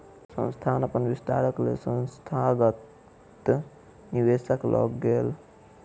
संस्थान अपन विस्तारक लेल संस्थागत निवेशक लग गेल